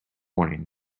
warnings